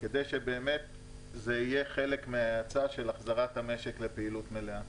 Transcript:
כדי שבאמת זה יהיה חלק מהאצה של החזרת המשק לפעילות מליאה.